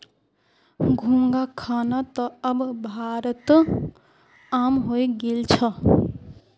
घोंघा खाना त अब भारतत आम हइ गेल छ